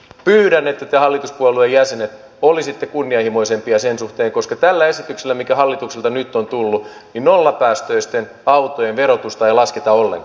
pyydän että te hallituspuolueiden jäsenet olisitte kunnianhimoisempia sen suhteen koska tällä esityksellä mikä hallitukselta nyt on tullut nollapäästöisten autojen verotusta ei lasketa ollenkaan